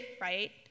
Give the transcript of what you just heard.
right